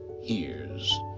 hears